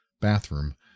bathroom